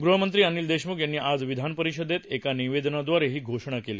गृहमंत्री अनिल देशमुख यांनी आज विधानपरिषदेत एका निवेदनाद्वारे ही घोषणा केली